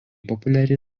populiari